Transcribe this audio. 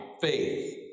faith